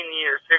years